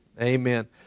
Amen